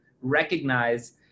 recognize